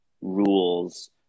rules